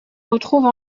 retrouve